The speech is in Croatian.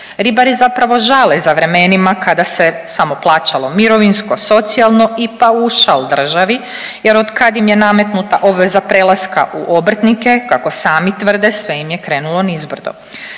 Ribari zapravo žale za vremenima kada se samo plaćalo mirovinsko, socijalno i paušal državi, jer od kad im je nametnuta obveza prelaska u obrtnike kako sami tvrde sve im je krenulo nizbrdo.